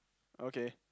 okay